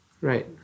Right